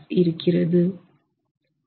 இருக்கிறது